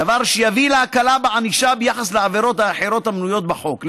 דבר שיביא להקלה בענישה ביחס לעבירות האחרות המנויות בחוק,